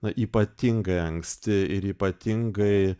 na ypatingai anksti ir ypatingai